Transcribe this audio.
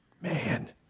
Man